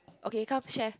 okay come share